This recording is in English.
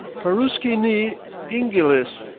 paruski ni ingilis.